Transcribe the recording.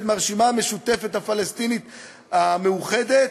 מהרשימה המשותפת הפלסטינית המאוחדת,